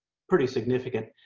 pretty significant.